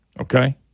okay